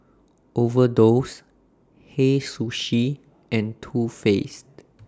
Overdose Hei Sushi and Too Faced